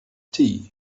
tea